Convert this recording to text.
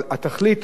אבל התכלית,